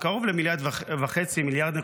קרוב ל-1.5 מיליארד,